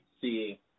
see